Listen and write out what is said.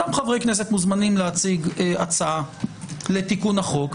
אותם חברי כנסת מוזמנים להציג הצעה לתיקון החוק.